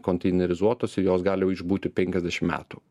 konteinerizuotos jos gali jau išbūti penkiasdešim metų